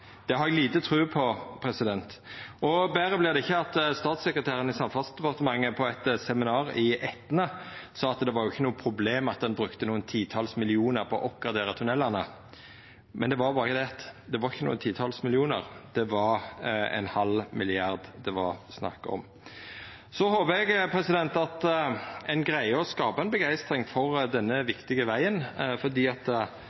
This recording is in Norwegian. har eg lita tru på. Betre vert det ikkje av at statssekretæren i Samferdselsdepartementet på eit seminar i Etne sa at det ikkje var noko problem at ein brukte nokre titals millionar på å oppgradera tunnelane. Men det var berre det at det var ikkje nokre titals millionar, det var ein halv milliard det var snakk om. Så håpar eg at ein greier å skapa ei begeistring for denne viktige vegen. Eg trur at